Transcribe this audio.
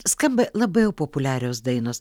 skamba labai jau populiarios dainos